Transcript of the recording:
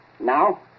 Now